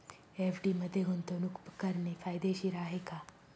FD मध्ये गुंतवणूक करणे फायदेशीर आहे का?